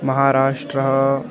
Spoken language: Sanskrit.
महाराष्ट्रः